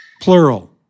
Plural